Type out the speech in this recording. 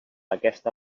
aquesta